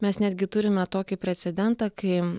mes netgi turime tokį precedentą kai